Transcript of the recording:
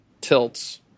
tilts